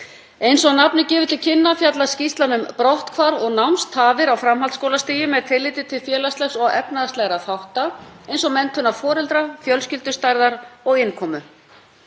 Eins og nafnið gefur til kynna fjallar skýrslan um brotthvarf og námstafir á framhaldsskólastigi með tilliti til félagslegra og efnahagslegra þátta eins og menntunar foreldra, fjölskyldustærðar og innkomu.